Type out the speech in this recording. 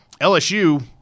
LSU